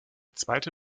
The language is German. zweite